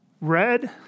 red